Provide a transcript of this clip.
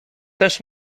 też